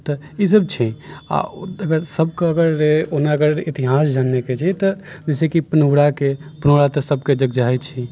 तऽ ईसब छै आओर ओ अगर सबके अगर ओना अगर इतिहास जानैके छै तऽ जइसेकि पुनौराके पुनौरा तऽ सबके जगजाहिर छै